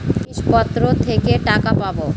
জিনিসপত্র থেকে টাকা পাবো